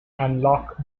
unlock